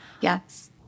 Yes